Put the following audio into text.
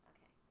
Okay